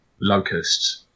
locusts